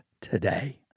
today